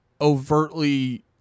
overtly